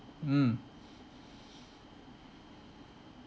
mm